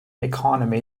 economy